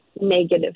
negative